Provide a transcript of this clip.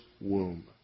womb